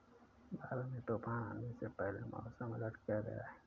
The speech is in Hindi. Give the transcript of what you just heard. भारत में तूफान आने से पहले मौसम अलर्ट किया गया है